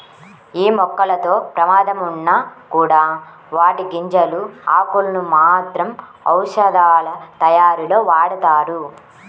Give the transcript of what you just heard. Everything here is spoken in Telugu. యీ మొక్కలతో ప్రమాదం ఉన్నా కూడా వాటి గింజలు, ఆకులను మాత్రం ఔషధాలతయారీలో వాడతారు